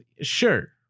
Sure